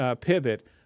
pivot